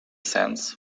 sands